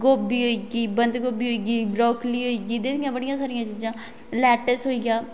गोभी होई गेई बंद गोभी होई गेई बरोकली होई गेई बड़ी सारियां चीजां लैटस होई गेआ